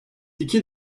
iki